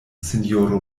sinjoro